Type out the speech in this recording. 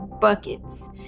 buckets